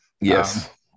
Yes